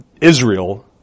Israel